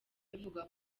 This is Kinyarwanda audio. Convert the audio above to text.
bivugwa